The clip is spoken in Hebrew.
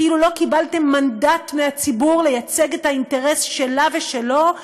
כאילו לא קיבלתם מנדט מהציבור לייצג את האינטרס שלה ושלו,